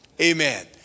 Amen